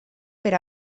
per